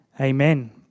Amen